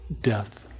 death